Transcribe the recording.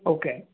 okay